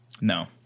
no